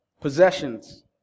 possessions